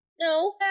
No